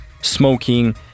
Smoking